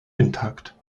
intakt